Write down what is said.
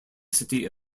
city